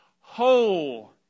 Whole